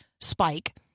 spike